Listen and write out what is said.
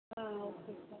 ah okay sir